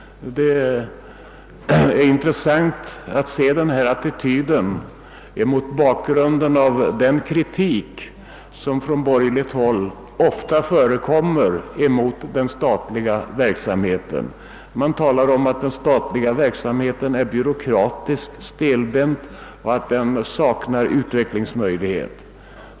Det är intressant med denna attityd mot bakgrunden av den kritik som från borgerligt håll ofta riktas mot den statliga verksamheten. Man talar om att den statliga verksamheten är byråkratisk och stelbent och att den saknar utvecklingsmöjligheter.